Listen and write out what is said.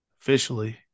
officially